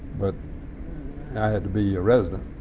but i had to be a resident.